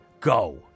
go